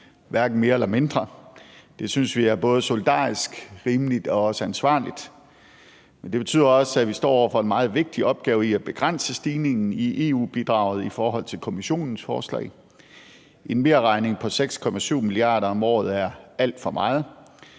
hverken mere eller mindre. Det synes vi er både solidarisk, rimeligt og ansvarligt. Det betyder også, at vi står over for en meget vigtig opgave med at begrænse stigningen i EU-bidraget i forhold til Kommissionens forslag. En merregning på 6,7 mia. kr. er alt for meget.